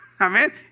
Amen